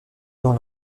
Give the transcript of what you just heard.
dans